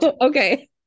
okay